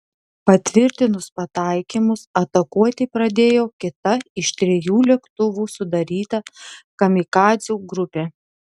patvirtinus pataikymus atakuoti pradėjo kita iš trijų lėktuvų sudaryta kamikadzių grupė